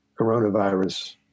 coronavirus